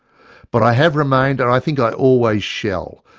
but i have remained and i think i always shall,